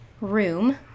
Room